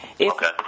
Okay